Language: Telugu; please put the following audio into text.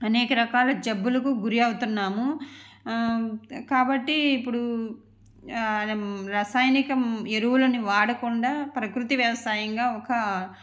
అనేక రకాల జబ్బులకు గురి అవుతున్నాము కాబట్టి ఇప్పుడు రసాయనిక ఎరువులని వాడకుండా ప్రకృతి వ్యవసాయంగా ఒక